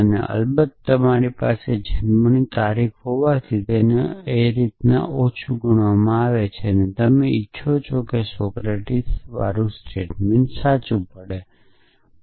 અને અલબત્ત તમારી પાસે જન્મની તારીખ હોવાથી તેને ઓછું અવગણવામાં આવે છે અને તમે ઇચ્છો છો કે સોક્રેટીસ સાચું છે